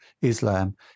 Islam